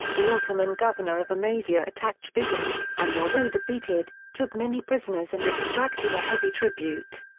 the ottoman governor of amasya attacked trebizond, and although defeated, took many prisoners and extracted a heavy tribute.